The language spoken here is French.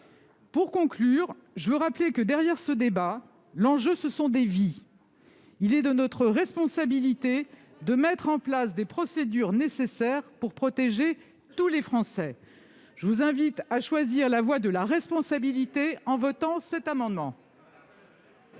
Pour conclure, je veux rappeler que l'enjeu, derrière ce débat, ce sont des vies. Il est de notre responsabilité de mettre en place les procédures nécessaires pour protéger tous les Français. Je vous invite à choisir la voie de la responsabilité en votant cet amendement.